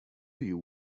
you